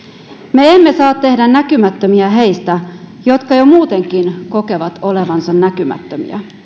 me emme saa tehdä näkymättömiä heistä jotka jo muutenkin kokevat olevansa näkymättömiä